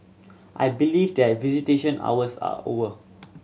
I believe that visitation hours are over